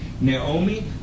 Naomi